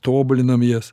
tobulinam jas